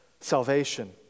salvation